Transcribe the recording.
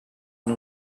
nom